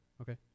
Okay